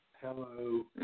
Hello